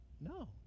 No